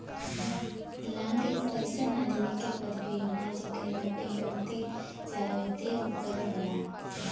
लांग एक अइसन आदमी के पदवी होला जकरे लग्गे बहुते सारावित्तिय उपकरण होला